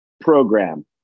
program